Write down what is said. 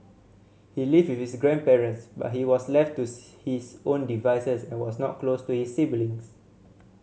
he lived with his grandparents but he was left to his own devices and was not close to his siblings